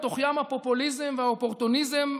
בתוך ים הפופוליזם והאופורטוניזם,